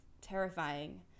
terrifying